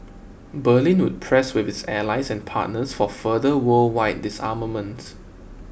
Berlin would press with its allies and partners for further worldwide disarmament